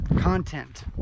content